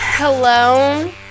Hello